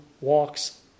walks